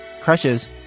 crushes